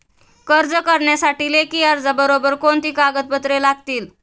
कर्ज करण्यासाठी लेखी अर्जाबरोबर कोणती कागदपत्रे लागतील?